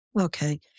Okay